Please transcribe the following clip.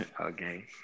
Okay